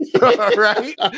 Right